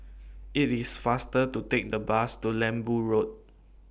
IT IS faster to Take The Bus to Lembu Road